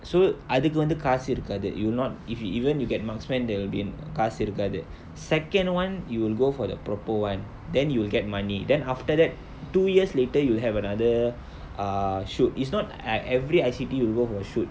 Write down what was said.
so அதுக்கு வந்து காசு இருக்காது:athukku vanthu kaasu irukkaathu you'll not if you even you get marksmen they'll be in காசு இருக்காது:kaasu irukkaathu second one you will go for the proper [one] then you will get money then after that two years later you will have another err shoot is not ah every I_C_T you'll go for shoot